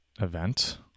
event